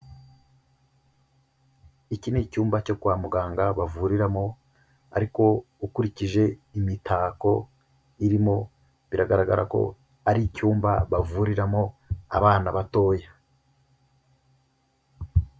Iki ni icyumba cyo kwa muganga bavuriramo, ariko ukurikije imitako irimo biragaragara ko ari icyumba bavuriramo abana batoya.